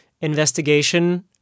investigation